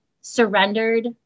surrendered